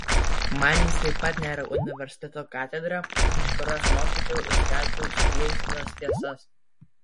man jis taip pat nėra universiteto katedra iš kurios mokyčiau ir skelbčiau skleistinas tiesas